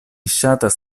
ŝatas